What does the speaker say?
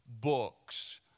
books